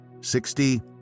sixty